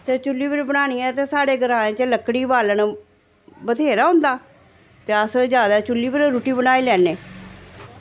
ते चुल्ली पर बनानी होऐ ते साढ़े ग्रांऽ च लकड़ी बालन बथेरा होंदा ते अस जादै चुल्ली पर गै रुट्टी बनाई लैन्ने